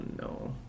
no